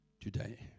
today